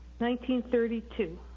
1932